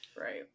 Right